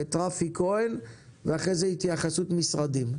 את רפי כהן ואחרי זה התייחסות של המשרדים.